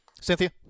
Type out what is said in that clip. Cynthia